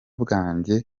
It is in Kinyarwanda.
bwanjye